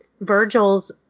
Virgil's